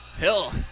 Hill